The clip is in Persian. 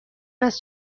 است